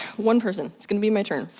one person. it's gonna be my turn.